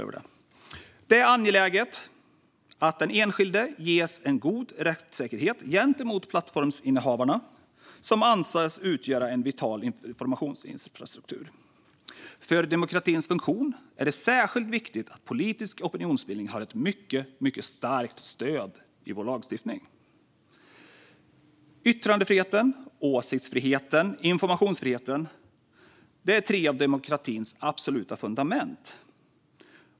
Det är angeläget att den enskilde ges en god rättssäkerhet gentemot plattformsinnehavarna, som anses utgöra vital informationsinfrastruktur. För demokratins funktion är det särskilt viktigt att politisk opinionsbildning har ett mycket starkt stöd i vår lagstiftning. Yttrandefriheten, åsiktsfriheten och informationsfriheten är tre av demokratins absoluta fundament.